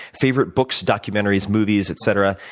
favorite books, documentaries, movies, etc,